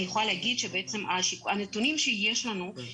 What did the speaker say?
אני יכולה להגיד שהנתונים שיש לנו,